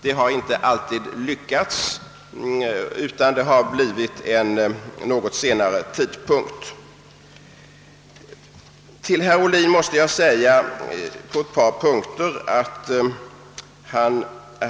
Det har inte alltid lyckats, utan det har blivit en något senare tidpunkt. Till herr Ohlin måste jag säga att han på ett par punkter har fel.